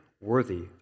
worthy